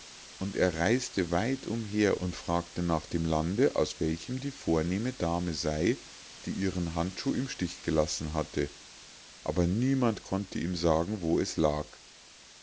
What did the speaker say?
und er reis'te weit umher und fragte nach dem lande aus welchem die vornehme dame sei die ihren handschuh im stich gelassen hatte aber niemand konnte ihm sagen wo es lag